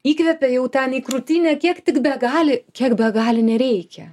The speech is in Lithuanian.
įkvepia jau ten į krūtinę kiek tik begali kiek begali nereikia